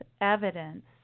evidence